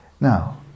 Now